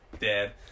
dead